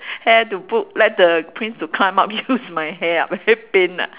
hair to put let the prince to climb up use my hair ah very pain ah